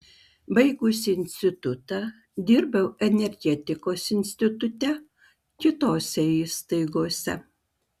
baigusi institutą dirbau energetikos institute kitose įstaigose